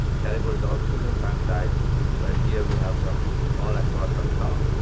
categories all to the left-hand side but here, we have them all across on top.